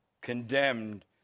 condemned